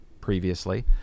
previously